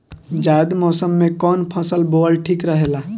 जायद मौसम में कउन फसल बोअल ठीक रहेला?